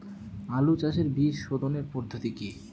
আলু চাষের বীজ সোধনের পদ্ধতি কি?